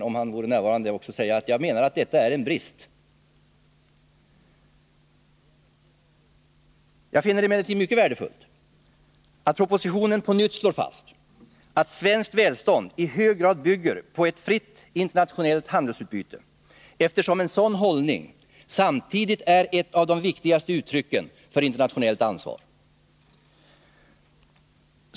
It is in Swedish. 43 Jag finner det emellertid värdefullt att propositionen på nytt slår fast att svenskt välstånd i hög grad bygger på ett fritt internationellt handelsutbyte, eftersom en sådan hållning samtidigt är ett av de viktigaste uttrycken för internationellt ansvar.